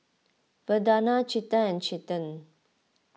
Vandana Chetan and Chetan